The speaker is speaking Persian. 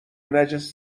نجس